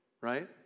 right